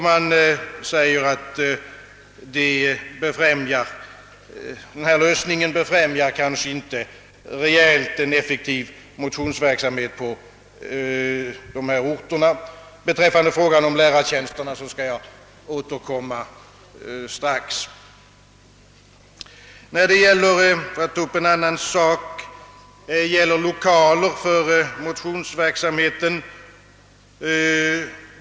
Man säger, att denna lösning kanske inte befrämjar en motionsverksamhet på dessa orter. Beträffande frågan om lärartjänsterna skall jag strax återkomma. Låt mig först säga några ord om lokalerna för motionsverksamheten.